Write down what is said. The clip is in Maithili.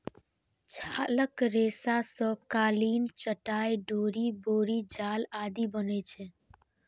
छालक रेशा सं कालीन, चटाइ, डोरि, बोरी जाल आदि बनै छै